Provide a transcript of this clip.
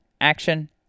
action